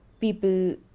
people